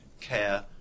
care